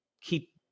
keep